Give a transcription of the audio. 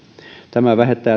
tämä vähentää